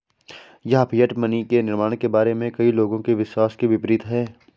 यह fiat money के निर्माण के बारे में कई लोगों के विश्वास के विपरीत है